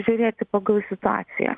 žiūrėti pagal situaciją